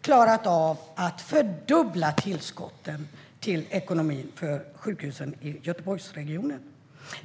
klarat av att fördubbla tillskotten till ekonomin för sjukhusen i Göteborgsregionen.